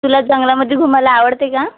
तुला जंगलामध्ये घुमायला आवडते का